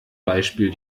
beispiel